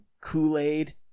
Kool-Aid